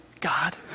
God